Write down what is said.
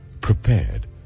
prepared